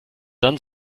dann